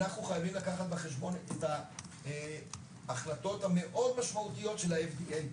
אנחנו חייבים לקחת בחשבון את ההחלטות המאוד משמעותיות של ה-FDA.